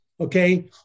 okay